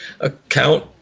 account